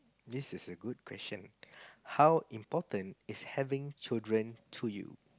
this is a good question how important is having children to you